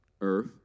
earth